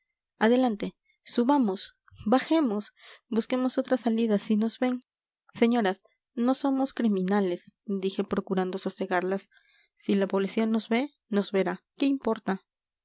adelante subamos bajemos busquemos otra salida si nos ven señoras no somos criminales dije procurando sosegarlas si la policía nos ve nos verá qué importa